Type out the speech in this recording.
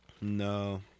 No